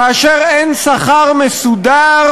כאשר אין שכר מסודר,